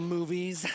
movies